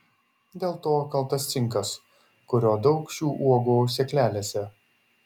dėl to kaltas cinkas kurio daug šių uogų sėklelėse